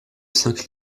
cinq